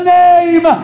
name